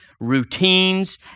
routines